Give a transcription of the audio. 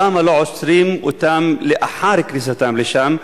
למה לא עוצרים אותם לאחר כניסתם לשם,